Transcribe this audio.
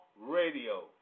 Radio